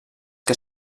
que